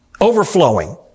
overflowing